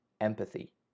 empathy